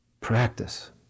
practice